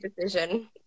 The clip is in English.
decision